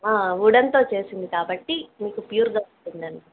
ఉడన్తో చేసింది కాబట్టి మీకు ప్యూర్గా ఉంటుందండి